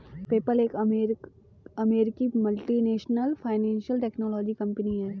PayPal एक अमेरिकी multinational financial technology company है